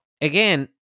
again